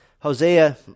Hosea